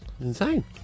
insane